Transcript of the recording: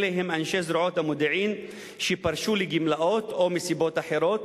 אלה הם אנשי זרועות המודיעין שפרשו לגמלאות או מסיבות אחרות,